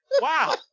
Wow